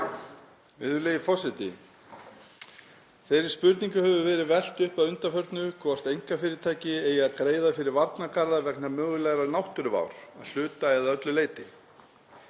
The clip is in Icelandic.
Virðulegi forseti. Þeirri spurningu hefur verið velt upp að undanförnu hvort einkafyrirtæki eigi að greiða fyrir varnargarða vegna mögulegrar náttúruvár að hluta eða öllu leyti.